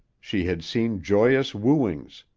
she had seen joyous wooings,